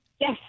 Yes